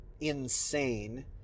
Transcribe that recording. insane